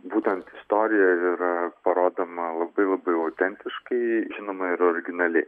būtent istorija yra parodoma labai labai autentiškai žinoma ir originaliai